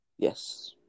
yes